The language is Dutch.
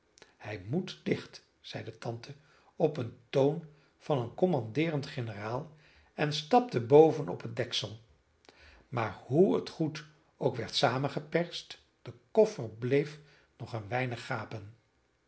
hij moet dicht zeide tante op een toon van een commandeerend generaal en stapte boven op het deksel maar hoe het goed ook werd samengeperst de koffer bleef nog een weinig gapen